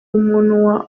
umuntu